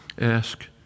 ask